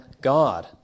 God